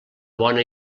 bona